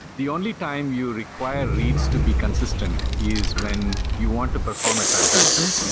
the only time you require reads to be consistent is when you want to perform a transaction.